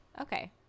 Okay